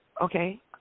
Okay